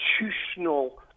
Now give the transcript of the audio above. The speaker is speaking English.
institutional